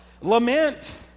Lament